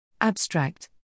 Abstract